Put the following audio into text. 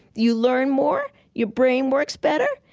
you learn more. your brain works better.